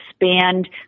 expand